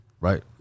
right